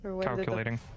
Calculating